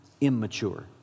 immature